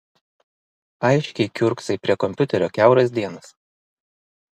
aiškiai kiurksai prie kompiuterio kiauras dienas